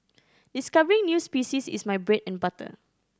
discovering new species is my bread and butter